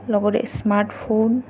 লগতে smart phone